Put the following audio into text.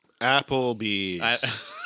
Applebee's